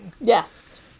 Yes